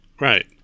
Right